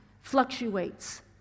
fluctuates